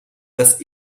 dass